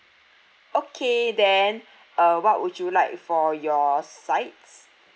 okay then uh what would you like for your sides